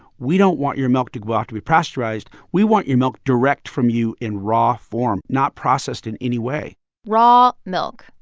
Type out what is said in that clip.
we don't want your milk to go off to be pasteurized. we want your milk direct from you in raw form, not processed in any way raw milk,